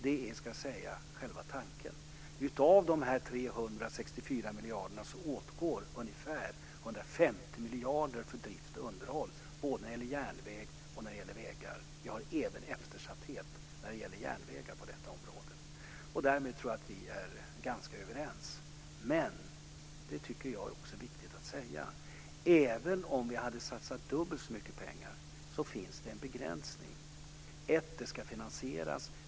Det är själva tanken. Av de 364 miljarderna åtgår ungefär 150 miljarder för drift och underhåll när det gäller både järnvägar och vägar. Vi har även eftersatthet när det gäller järnvägar på detta område. Därmed tror jag att vi är ganska överens. Men jag tycker att det är viktigt att säga detta: Även om vi hade satsat dubbelt så mycket pengar finns det en begränsning: Det ska finansieras.